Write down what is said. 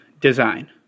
Design